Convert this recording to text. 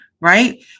right